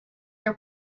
your